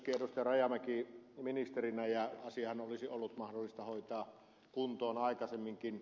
rajamäki ministerinä ja asiahan olisi ollut mahdollista hoitaa kuntoon aikaisemminkin